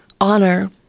honor